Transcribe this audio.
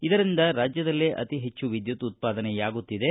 ಇದರಿಂದ ರಾಜ್ಯದಲ್ಲೇ ಅತಿ ಹೆಚ್ಚು ವಿದ್ಯುತ್ ಉತ್ಪಾದನೆಯಾಗುತ್ತಿದೆ